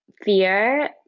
fear